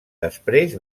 després